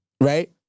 right